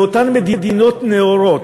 באותן מדינות נאורות,